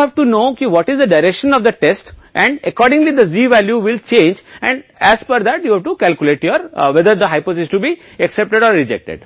अस्वीकार कर दिया कि यह कार अच्छी नहीं है क्योंकि नमूना ऐसा नहीं कहता है क्योंकि उस स्थिति में यह है निर्माता को होने वाले नुकसान के कारण हम कहते हैं कि यह निर्माता की समस्या है टाइप α है